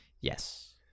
yes